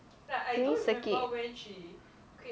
during circuit